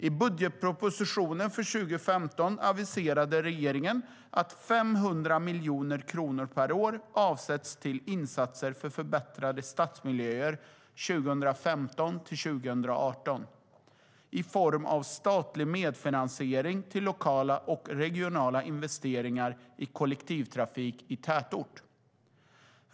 I budgetpropositionen för 2015 aviserade regeringen att 500 miljoner kronor per år avsätts till insatser för förbättrade stadsmiljöer 2015-2018 i form av statlig medfinansiering till lokala och regionala investeringar i kollektivtrafik i tätort.